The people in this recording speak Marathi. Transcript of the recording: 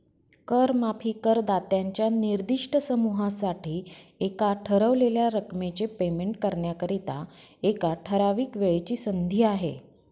कर माफी करदात्यांच्या निर्दिष्ट समूहासाठी एका ठरवलेल्या रकमेचे पेमेंट करण्याकरिता, एका ठराविक वेळेची संधी आहे